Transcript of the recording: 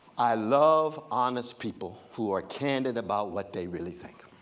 i love honest people who are candid about what they really think.